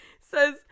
says